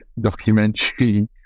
documentary